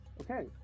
Okay